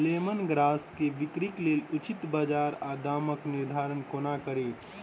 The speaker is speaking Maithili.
लेमन ग्रास केँ बिक्रीक लेल उचित बजार आ दामक निर्धारण कोना कड़ी?